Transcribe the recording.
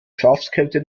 schafskälte